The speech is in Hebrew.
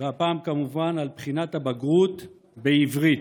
והפעם כמובן על בחינת הבגרות בעברית.